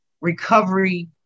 recovery